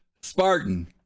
Spartan